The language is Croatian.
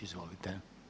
Izvolite.